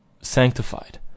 sanctified